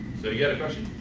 so you had a question.